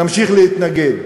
תמשיך להתנגד,